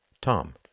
Tom